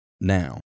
now